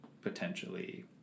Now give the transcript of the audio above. potentially